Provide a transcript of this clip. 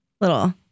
little